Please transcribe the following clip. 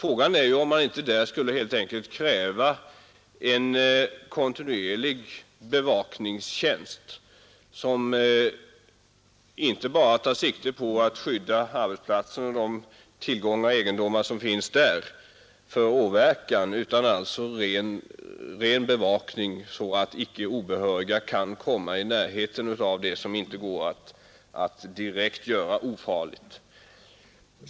Frågan är ju om man inte helt enkelt skulle kräva en kontinuerlig bevakningstjänst, som inte bara tar sikte på att skydda arbetsplatsen och de tillgångar och egendomar som finns där för åverkan, utan även utför ren bevakning så att obehöriga icke kan komma i närheten av det som inte går att direkt göra ofarligt.